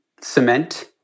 cement